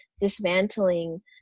dismantling